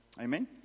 Amen